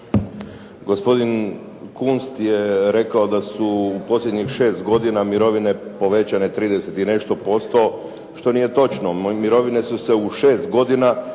Gospodin Kunst je rekao da su u posljednjih 6 godina mirovine povećane 30 i nešto posto, što nije točno. Mirovine su se u 6 godina